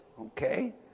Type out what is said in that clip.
Okay